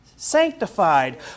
sanctified